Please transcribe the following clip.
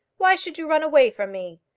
why should you run away from me?